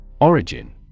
Origin